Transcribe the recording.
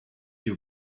you